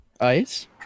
Ice